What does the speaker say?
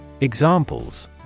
Examples